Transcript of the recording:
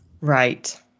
Right